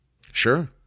Sure